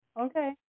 Okay